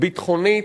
ביטחונית.